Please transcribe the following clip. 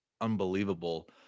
unbelievable